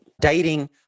Dating